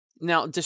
Now